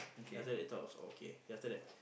then after they thought it was all okay then after that